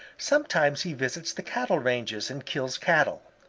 sometimes he visits the cattle ranges and kills cattle.